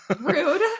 Rude